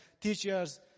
teachers